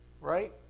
right